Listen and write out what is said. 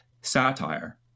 satire